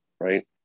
right